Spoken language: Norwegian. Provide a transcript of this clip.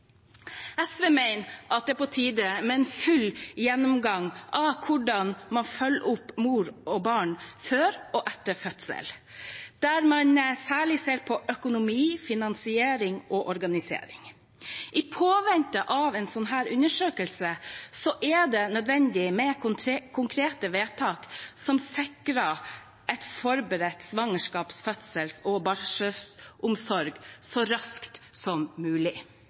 SV mener det er på tide med en full gjennomgang av hvordan mor og barn følges opp før og etter fødsel, der man særlig ser på økonomi, finansiering og organisering. I påvente av en slik undersøkelse er det nødvendig med konkrete vedtak som sikrer en forberedt svangerskaps-, fødsels- og barselomsorg så raskt som mulig.